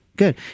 Good